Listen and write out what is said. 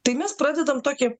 tai mes pradedam tokį